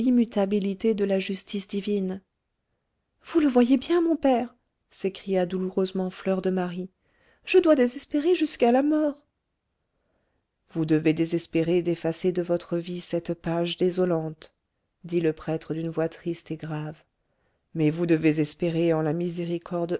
l'immutabilité de la justice divine vous le voyez bien mon père s'écria douloureusement fleur de marie je dois désespérer jusqu'à la mort vous devez désespérer d'effacer de votre vie cette page désolante dit le prêtre d'une voix triste et grave mais vous devez espérer en la miséricorde